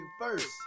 first